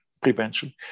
prevention